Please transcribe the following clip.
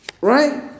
Right